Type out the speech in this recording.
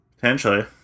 Potentially